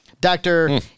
Doctor